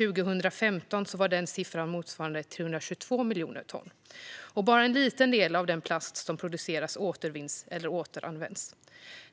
År 2015 var motsvarande siffra 322 miljoner ton. Bara en liten del av den plast som produceras återvinns eller återanvänds.